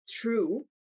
true